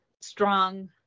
strong